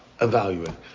evaluating